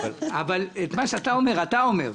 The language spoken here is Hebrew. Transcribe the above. אבל את מה שאתה אומר אתה אומר,